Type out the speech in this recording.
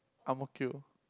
ang-mo-kio